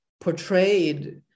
portrayed